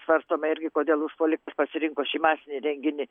svarstoma irgi kodėl užpuolikas pasirinko šį masinį renginį